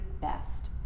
best